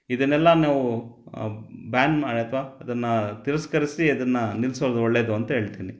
ಇದನ್ನೆಲ್ಲ ನಾವು ಬ್ಯಾನ್ ಮಾ ಅಥವಾ ಅದನ್ನು ತಿರಸ್ಕರಿಸಿ ಅದನ್ನು ನಿಲ್ಲಿಸೋದು ಒಳ್ಳೆಯದು ಅಂತ ಹೇಳ್ತೀನಿ